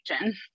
region